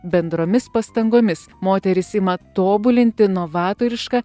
bendromis pastangomis moterys ima tobulinti novatorišką